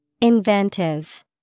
Inventive